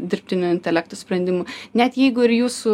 dirbtinio intelekto sprendimu net jeigu ir jūsų